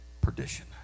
perdition